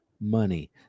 money